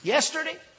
Yesterday